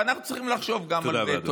ואנחנו צריכים לחשוב גם על זה.